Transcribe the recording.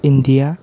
India